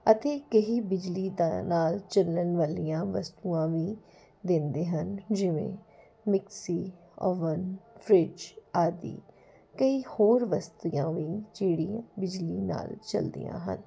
ਅਤੇ ਕਈ ਬਿਜਲੀ ਨਾਲ ਚੱਲਣ ਵਾਲੀਆਂ ਵਸਤੂਆਂ ਵੀ ਦਿੰਦੇ ਹਨ ਜਿਵੇਂ ਮਿਕਸੀ ਓਵਨ ਫਰਿਜ ਆਦਿ ਕਈ ਹੋਰ ਵਸਤੂਆਂ ਵੀ ਜਿਹੜੀ ਬਿਜਲੀ ਨਾਲ ਚੱਲਦੀਆਂ ਹਨ